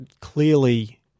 clearly